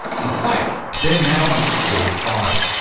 in fact they're now into series five,